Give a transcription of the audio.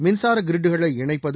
மின்சார கிரிட்டுகளை இணைப்பது